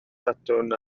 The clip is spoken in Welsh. sadwrn